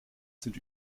sind